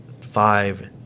five